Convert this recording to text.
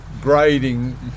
grading